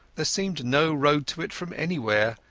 there seemed no road to it from anywhere,